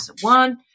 one